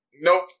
nope